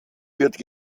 wird